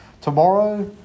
Tomorrow